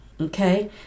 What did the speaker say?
Okay